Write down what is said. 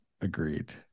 agreed